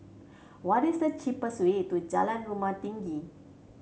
what is the cheapest way to Jalan Rumah Tinggi